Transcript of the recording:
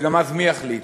וגם אז, מי יחליט?